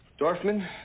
Dorfman